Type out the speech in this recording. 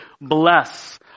bless